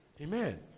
Amen